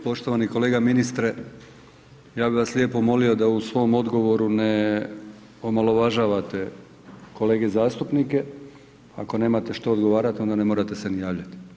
Poštovani kolega ministre, ja bih vas lijepo molio da u svom odgovoru ne omaložavate kolege zastupnike, ako nemate što odgovarat, onda ne morate se ni javljati.